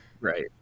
Right